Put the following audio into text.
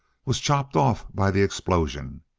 was chopped off by the explosion.